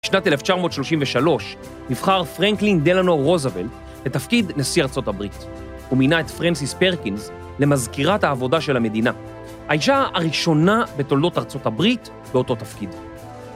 שנת 1933 נבחר פרנקלין דלנור רוזוולט לתפקיד נשיא ארצות הברית. הוא מינה את פרנסיס פרקינס למזכירת העבודה של המדינה. האישה הראשונה בתולדות ארצות הברית באותו תפקיד.